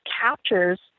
captures